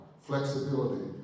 Flexibility